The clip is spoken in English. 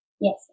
Yes